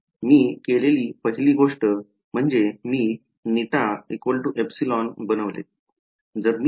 मी केलेली पहिली गोष्ट म्हणजे मी ηεबनवले